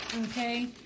Okay